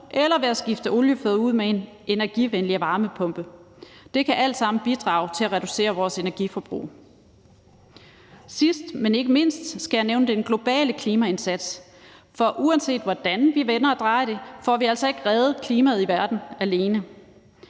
eller ved at skifte oliefyret ud med en energivenligere varmepumpe. Det kan alt sammen bidrage til at reducere vores energiforbrug. Sidst, men ikke mindst, skal jeg nævne den globale klimaindsats. For uanset hvordan vi vender og drejer det, får vi altså ikke reddet klimaet i verden alene.